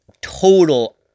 total